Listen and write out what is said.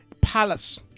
palace